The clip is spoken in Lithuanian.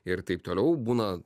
ir taip toliau būna